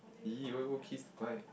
!ee! why you go kiss mic